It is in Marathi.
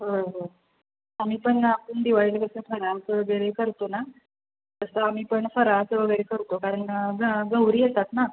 हो हो आम्ही पण आपण दिवाळीला कसं फराळचं वगैरे करतो ना तसं आम्ही पण फराळाचं वगैरे करतो कारण ग गौरी येतात ना